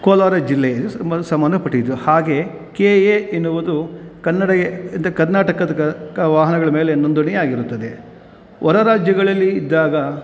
ಕೋಲಾರ ಜಿಲ್ಲೆಗೆ ಇದು ಸಂಬಂಧ ಸಂಬಂಧಪಟ್ಟಿದ್ದು ಹಾಗೇ ಕೆ ಎ ಎನ್ನುವುದು ಕನ್ನಡಾಗೆ ಅಂದರೆ ಕರ್ನಾಟಕದ ವಾಹನಗಳ ಮೇಲೆ ನೊಂದಣಿಯಾಗಿರುತ್ತದೆ ಹೊರ ರಾಜ್ಯಗಳಲ್ಲಿ ಇದ್ದಾಗ